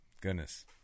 Goodness